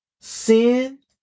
sin